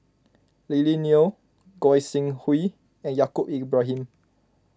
Lily Neo Goi Seng Hui and Yaacob Ibrahim